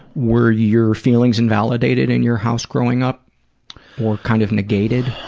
were your feelings invalidated in your house growing up or kind of negated?